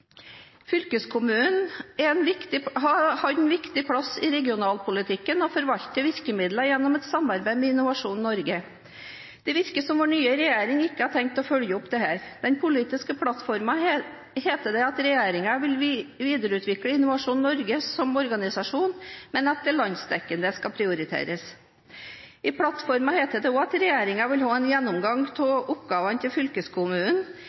har en viktig plass i regionalpolitikken og forvalter virkemidler gjennom et samarbeid med Innovasjon Norge. Det virker som vår nye regjering ikke har tenkt å følge opp dette. I den politiske plattformen heter det at regjeringen vil videreutvikle Innovasjon Norge som organisasjon, men at det landsdekkende skal prioriteres. I plattformen heter det også at regjeringen vil ha en gjennomgang av oppgavene til fylkeskommunen